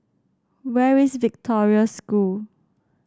where is Victoria School